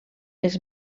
els